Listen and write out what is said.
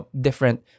different